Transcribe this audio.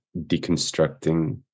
deconstructing